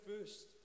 first